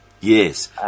Yes